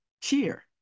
cheer